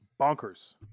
Bonkers